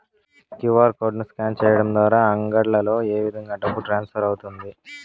QR code ను scan సేయడం ద్వారా అంగడ్లలో ఏ విధంగా డబ్బు ట్రాన్స్ఫర్ అవుతుంది